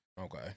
Okay